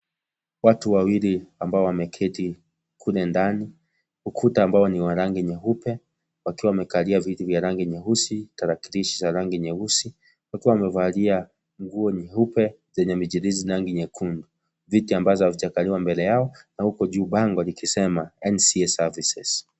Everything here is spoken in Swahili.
Watu wawili ambao wameketi kule ndani. UKuta ambao ni wa rangi nyeupe wakiwa wamekalia viti vya rangi ya nyeusi, tarakilishi ya rangi nyeusi huku wamevalia nguo nyeupe zenye michirizi na rangi nyekundu viti ambazo hazijakaliwa mbele yao na huko juu bango likisema NTSA services